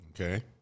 Okay